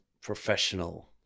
professional